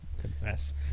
Confess